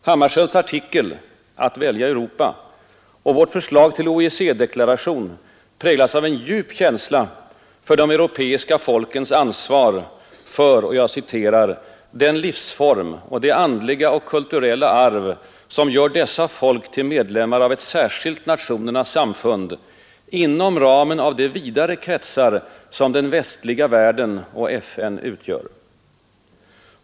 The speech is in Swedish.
Hammarskjölds artikel ”Att välja Europa” och vårt förslag till OEEC-deklaration präglas av en djup känsla för de europeiska folkens ansvar ”för den livsform och det andliga och kultureila arv, som gör dessa folk till medlemmar av ett särskilt nationernas samfund inom ramen av de vidare kretsar som den västliga världen och FN utgör”.